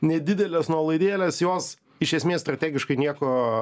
nedidelės nuolaidėlės jos iš esmės strategiškai nieko